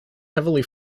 heavily